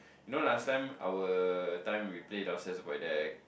you know last time our time we play downstairs void deck